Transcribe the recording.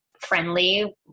friendly